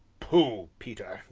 pooh, peter,